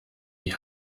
die